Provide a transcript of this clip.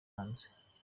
hanze